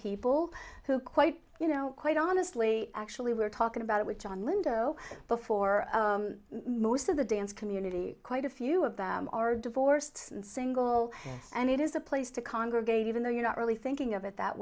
people who quite you know quite honestly actually were talking about it with john lindo before most of the dance community quite a few of them are divorced and single and it is a place to congregate even though you're not really thinking of it that